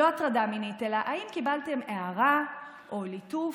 לא הטרדה מינית, אלא האם קיבלתן הערה או ליטוף,